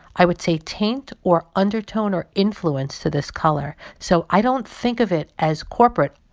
i would say, taint or undertone or influence to this color. so i don't think of it as corporate.